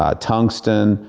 ah tungsten.